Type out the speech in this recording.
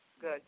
good